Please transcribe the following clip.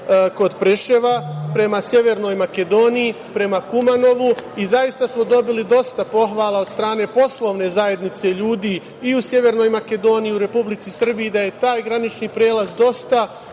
kod Preševa prema Severnoj Makedoniji, prema Kumanovu i zaista smo dobili dosta pohvala od strane poslovne zajednice ljudi i u Severnoj Makedoniji i u Republici Srbiji da je taj granični prelaz dosta